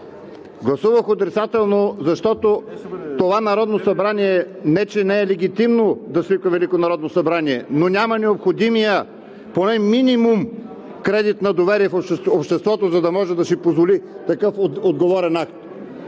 Гласувах отрицателно, защото това Народно събрание не че не е легитимно да свиква Велико народно събрание, но няма необходимия поне минимум кредит на доверие в обществото, за да може да си позволи такъв отговорен акт.